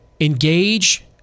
engage